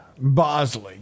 Bosley